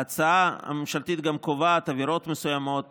ההצעה הממשלתית גם קובעת עבירות מסוימות